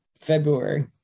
February